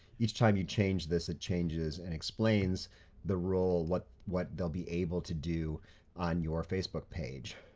each time you change this, it changes and explains the role what what they'll be able to do on your facebook page.